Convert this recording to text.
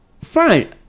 fine